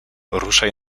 ruszaj